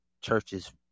churches